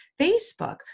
Facebook